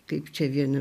kaip čia vienu